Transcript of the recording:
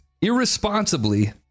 irresponsibly